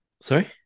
Sorry